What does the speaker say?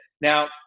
Now